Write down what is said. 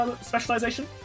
specialization